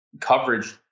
coverage